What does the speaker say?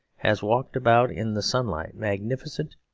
has walked about in the sunlight, magnificent,